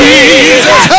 Jesus